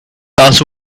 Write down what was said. darth